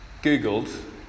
googled